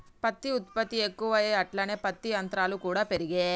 పత్తి ఉత్పత్తి ఎక్కువాయె అట్లనే పత్తి యంత్రాలు కూడా పెరిగే